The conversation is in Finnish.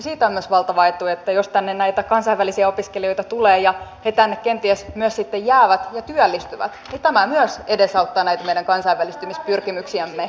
siitä on myös valtava etu jos tänne näitä kansainvälisiä opiskelijoita tulee ja he tänne kenties myös sitten jäävät ja työllistyvät tämä myös edesauttaa näitä meidän kansainvälistymispyrkimyksiämme